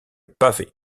pavé